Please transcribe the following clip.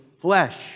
flesh